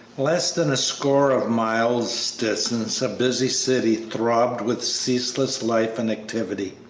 less than a score of miles distant a busy city throbbed with ceaseless life and activity,